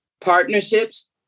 partnerships